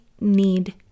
need